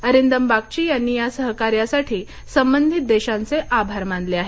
अरिंदम बागची यांनी या सहकार्यासाठी संबंधित देशांचे आभार मानले आहेत